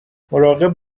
مراقب